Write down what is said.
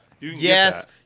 Yes